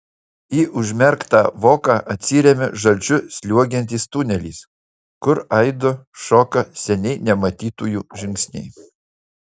į užmerktą voką atsiremia žalčiu sliuogiantis tunelis kur aidu šoka seniai nematytųjų žingsniai